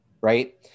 Right